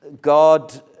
God